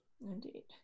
indeed